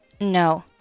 No